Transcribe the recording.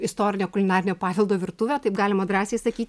istorinio kulinarinio paveldo virtuvę taip galima drąsiai saky